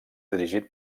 dirigit